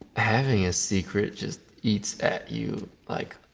having a secret just eats at you like